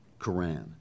Quran